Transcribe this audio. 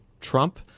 Trump